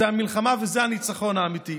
זאת המלחמה וזה הניצחון האמיתי.